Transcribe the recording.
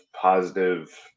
positive